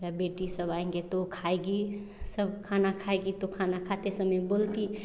मेरा बेटी सब आएँगे तो खाएँगी सब खाना खाएँगी तो खाना खाते समय बोलती